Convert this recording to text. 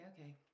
okay